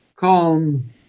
Calm